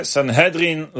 Sanhedrin